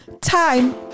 Time